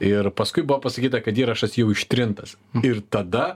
ir paskui buvo pasakyta kad įrašas jau ištrintas ir tada